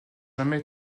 jamais